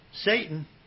Satan